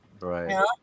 Right